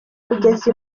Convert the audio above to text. kugeza